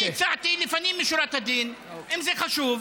אני הצעתי, לפנים משורת הדין, אם זה חשוב,